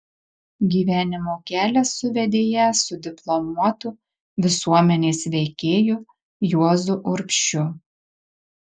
gyvenimo kelias suvedė ją su diplomuotu visuomenės veikėju juozu urbšiu